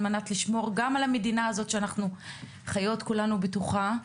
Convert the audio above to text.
על מנת לשמור גם על המדינה הזאת שאנחנו חיות כולנו בתוכה,